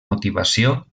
motivació